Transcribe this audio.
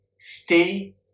Stay